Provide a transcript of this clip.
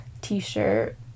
t-shirt